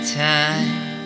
time